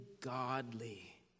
godly